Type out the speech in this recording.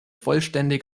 vollständig